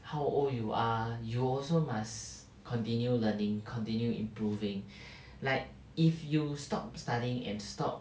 how old you are you also must continue learning continue improving like if you stop studying and stop